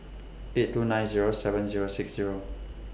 eight two nine Zero seven Zero six Zero